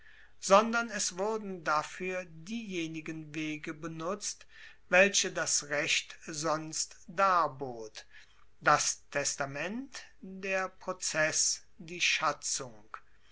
sondern es wurden dafuer diejenigen wege benutzt welche das recht sonst darbot das testament der prozess die schatzung